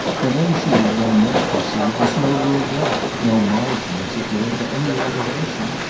whenever she has done that, you see, there's no room left no margin, as it were, for any alteration.